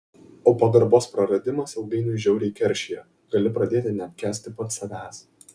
o pagarbos praradimas ilgainiui žiauriai keršija gali pradėti neapkęsti pats savęs